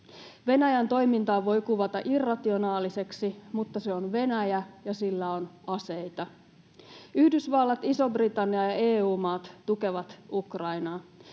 Venäjän toimintaa voi kuvata irrationaaliseksi, mutta se on Venäjä, ja sillä on aseita. Yhdysvallat, Iso-Britannia ja EU-maat tukevat Ukrainaa.